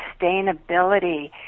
sustainability